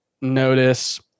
notice